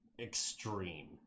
extreme